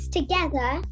together